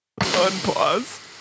Unpause